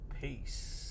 Peace